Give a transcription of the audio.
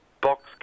Box